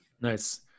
Nice